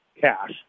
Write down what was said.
cash